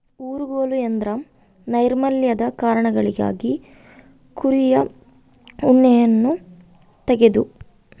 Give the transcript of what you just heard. ಊರುಗೋಲು ಎಂದ್ರ ನೈರ್ಮಲ್ಯದ ಕಾರಣಗಳಿಗಾಗಿ ಕುರಿಯ ಉಣ್ಣೆಯನ್ನ ತೆಗೆದು